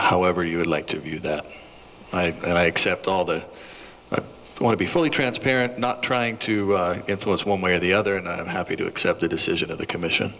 however you would like to view that i and i accept all the want to be fully transparent not trying to influence one way or the other and i'm happy to accept the decision of the commission